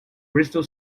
bristol